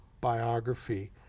biography